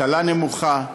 אבטלה נמוכה,